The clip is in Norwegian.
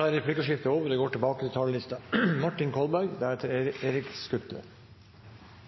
Replikkordskiftet er omme. Jeg begynner dette innlegget med å vise til innstillinga og til saksordførerens framstilling her ved begynnelsen av debatten – dessuten til